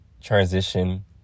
transition